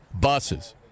buses